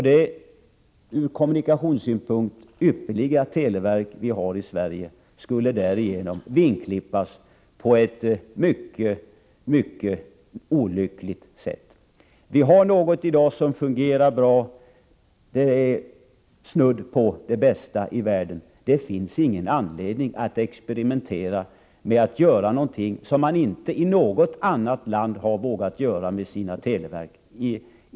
Det ur kommunikationssynpunkt ypperliga televerk som vi har i Sverige skulle därigenom vingklippas på ett mycket olyckligt sätt. I dag har vi något som fungerar bra — det är snudd på det bästa i världen. Det finns ingen anledning att experimentera — att göra någonting som man inte i något annat land har vågat göra med sina televerk.